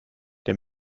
der